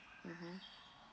mmhmm